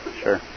Sure